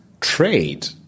trade